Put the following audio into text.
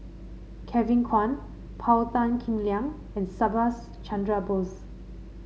Kevin Kwan Paul Tan Kim Liang and Subhas Chandra Bose